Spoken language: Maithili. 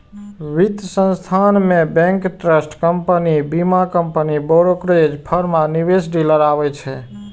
वित्त संस्थान मे बैंक, ट्रस्ट कंपनी, बीमा कंपनी, ब्रोकरेज फर्म आ निवेश डीलर आबै छै